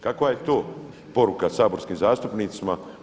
Kakva je to poruka saborskim zastupnicima?